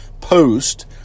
Post